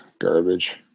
Garbage